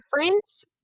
difference